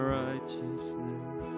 righteousness